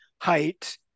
height